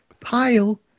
pile